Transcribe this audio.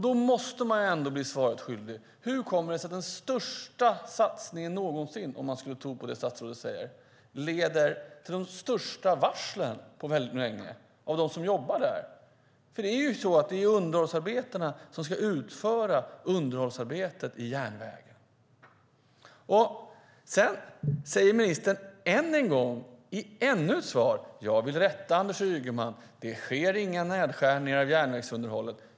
Då måste man ändå bli svaret skyldig. Hur kommer det sig att den största satsningen någonsin - om man ska tro på det statsrådet säger - leder till de största varslen på väldigt länge bland dem som jobbar där? Det är ju underhållsarbetarna som ska utföra underhållsarbetet på järnvägen. Sedan säger ministern än en gång att hon vill rätta Anders Ygeman och att det inte sker några nedskärningar av järnvägsunderhållet.